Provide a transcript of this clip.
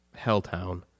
Helltown